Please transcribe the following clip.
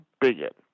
bigot